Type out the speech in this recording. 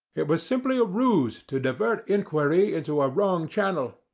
it was simply a ruse to divert inquiry into a wrong channel.